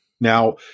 Now